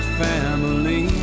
family